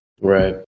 Right